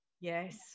Yes